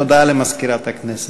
הודעה למזכירת הכנסת.